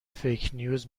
فیکنیوز